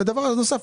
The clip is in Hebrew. ודבר נוסף,